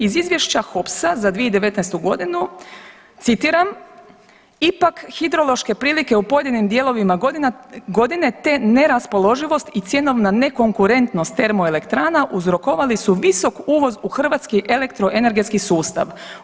Iz izvješća HOPS-a za 2019.g. citiram, ipak hidrološke prilike u pojedinim dijelovima godine, te neraspoloživost i cjenovna ne konkurentnost termoelektrana uzrokovali su visok uvoz u hrvatski elektroenergetski sustav.